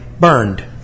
burned